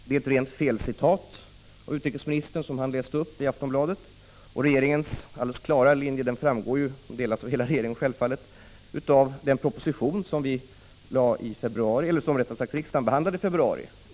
Det är ett rent felcitat av. Troms er utrikesministern som han har läst upp ur Aftonbladet. Hela regeringens alldeles klara linje framgår av den proposition som riksdagen behandlade i februari i år.